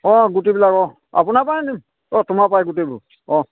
অঁ গুটি বিলাক অঁ আপোনাৰ পৰাই আনিম অঁ তোমাৰ পৰাই গোটেইবোৰ অঁ